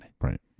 Right